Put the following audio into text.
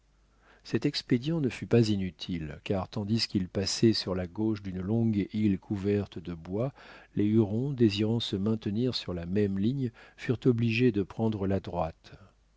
cet expédient ne fut pas inutile car tandis qu'ils passaient sur la gauche d'une longue île couverte de bois les hurons désirant se maintenir sur la même ligne furent obligés de prendre la droite